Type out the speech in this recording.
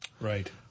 Right